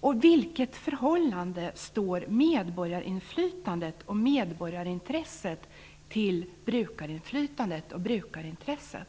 Och i vilket förhållande står medborgarinflytandet och medborgarintresset till brukarinflytandet och brukarintresset?